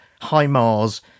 HIMARS